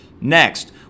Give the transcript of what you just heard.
Next